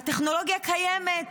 הטכנולוגיה קיימת.